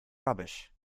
rubbish